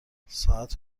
ساعت